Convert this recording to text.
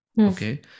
Okay